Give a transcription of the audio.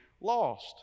lost